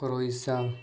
croissant